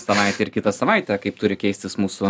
savaitę ir kitą savaitę kaip turi keistis mūsų